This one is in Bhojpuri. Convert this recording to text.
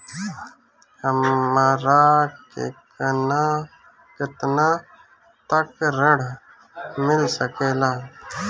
हमरा केतना तक ऋण मिल सके ला?